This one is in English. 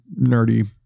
nerdy